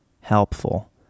helpful